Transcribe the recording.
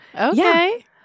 Okay